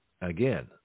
Again